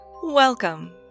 Welcome